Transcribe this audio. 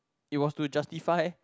it was to justify